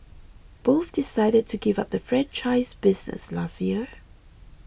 both decided to give up the franchise business last year